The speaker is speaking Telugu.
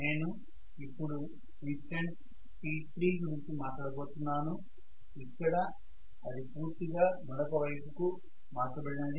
నేను ఇప్పుడు ఇన్స్టంట్ t3 గురించి మాట్లాడబోతున్నాను ఇక్కడ అది పూర్తిగా మరొక వైపుకు మార్చబడినది